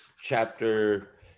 chapter